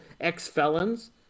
ex-felons